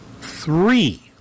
Three